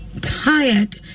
tired